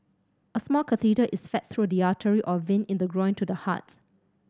a small catheter is fed through the artery or vein in the groin to the hearts